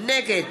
נגד